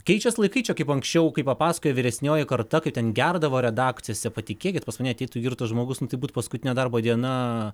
keičias laikai čia kaip anksčiau kai papasakojo vyresnioji karta kaip ten gerdavo redakcijose patikėkit ne ateitų girtas žmogus nori būti paskutinė darbo diena